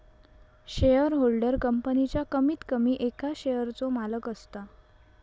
shareholder कंपनीच्या कमीत कमी एका शेयरचो मालक असता